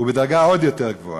הוא בדרגה עוד יותר גבוהה.